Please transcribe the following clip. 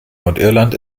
nordirland